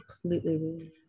Completely